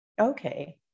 Okay